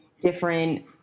different